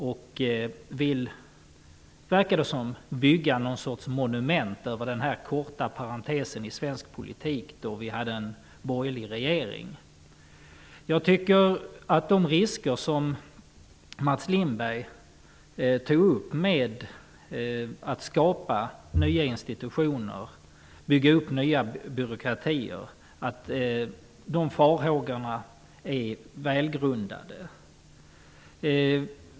Det förefaller som att man vill bygga någon sorts monument över den korta period i svensk politik då vi hade en borgerlig regering. De farhågor som Mats Lindberg tog upp när det gäller tillskapandet av nya institutioner och uppbyggandet av nya byråkratier är välgrundade.